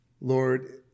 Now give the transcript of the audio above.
Lord